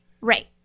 Right